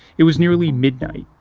it was nearly midnight,